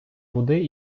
води